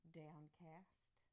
downcast